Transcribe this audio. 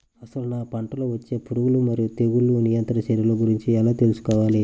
అసలు నా పంటలో వచ్చే పురుగులు మరియు తెగులుల నియంత్రణ చర్యల గురించి ఎలా తెలుసుకోవాలి?